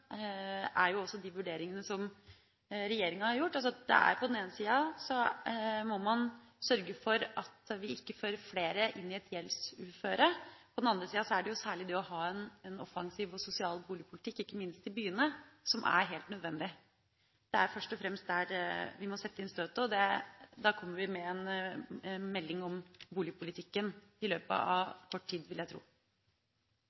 også er de vurderingene som regjeringa har gjort: På den ene sida må man sørge for at vi ikke fører flere inn i et gjeldsuføre, på den andre sida er særlig det å ha en offensiv og sosial boligpolitikk, ikke minst i byene, helt nødvendig. Det er først og fremst der vi må sette inn støtet, og vi kommer med en melding om boligpolitikken i løpet av